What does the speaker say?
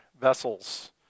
vessels